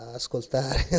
ascoltare